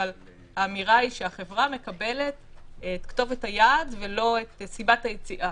אבל האמירה היא שהחברה מקבלת את כתובת היעד ולא את סיבת היציאה.